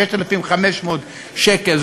6,500 שקל,